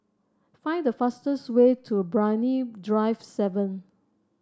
find the fastest way to Brani Drive seven